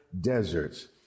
deserts